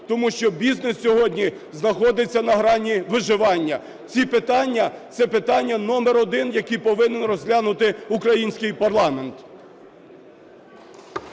тому що бізнес сьогодні знаходиться на грані виживання. Ці питання – це питання номер один, які повинен розглянути український парламент.